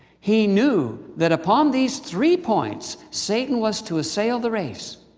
he knew that upon these three points satan was to assail the race.